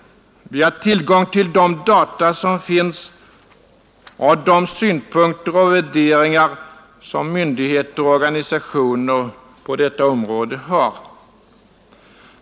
Vi har tillgång till de data som finns och de synpunkter och värderingar som myndigheter och organisationer på detta område har.